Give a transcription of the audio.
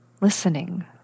listening